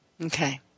Okay